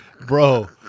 Bro